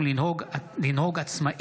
בנושא: